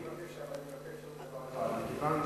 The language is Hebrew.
אני מבקש עוד דבר אחד.